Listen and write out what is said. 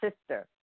sister